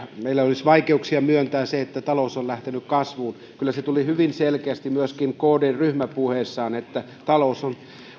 meillä olisi vaikeuksia myöntää se että talous on lähtenyt kasvuun kyllä se tuli hyvin selkeästi myöskin kdn ryhmäpuheessa että talous on